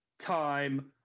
time